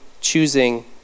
choosing